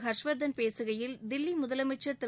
ஹர்ஷ்வர்த்தன் பேசுகையில் தில்லி முதலமைச்சர் திரு